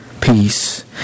peace